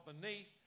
beneath